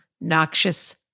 Noxious